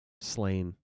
slain